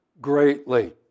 greatly